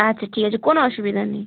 আচ্ছা ঠিক আছে কোনও অসুবিধা নেই হম